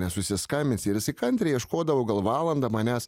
nesusiskambinsi ir jisai kantriai ieškodavo gal valandą manęs